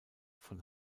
von